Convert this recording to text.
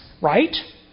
right